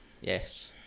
Yes